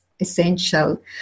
essential